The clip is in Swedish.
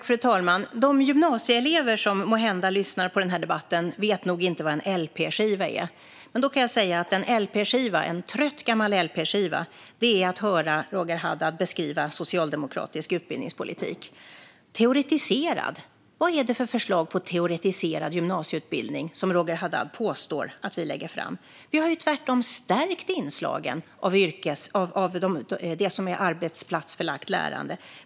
Fru talman! De gymnasieelever som måhända lyssnar på den här debatten vet nog inte vad en lp-skiva är, men jag kan säga att det är som att lyssna på en trött gammal lp-skiva att höra Roger Haddad beskriva socialdemokratisk utbildningspolitik. Teoretiserad gymnasieutbildning - vad är det för förslag på teoretiserad gymnasieutbildning som Roger Haddad påstår att vi lägger fram? Vi har tvärtom stärkt inslagen av arbetsplatsförlagt lärande.